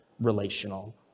relational